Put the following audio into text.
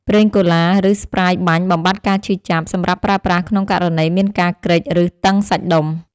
ប្រេងកូឡា ឬស្ព្រាយបាញ់បំបាត់ការឈឺចាប់ សម្រាប់ប្រើប្រាស់ក្នុងករណីមានការគ្រេច ឬតឹងសាច់ដុំ។